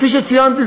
כפי שציינתי,